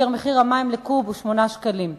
ומחיר המים הוא 8 שקלים לקוב.